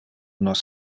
nos